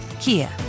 Kia